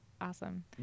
awesome